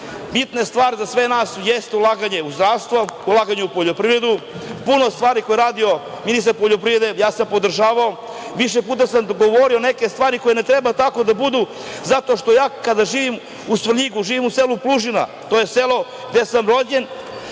stvar za sve nas, jeste ulaganje u zdravstvo, ulaganje u poljoprivredu. Puno stvari koje je radio ministar poljoprivrede, ja sam podržavao, više puta sam govorio neke stvari koje ne treba tako da budu zato što ja, kada živim u Svrljigu, živim u selu Plužina, to je selo gde sam rođen,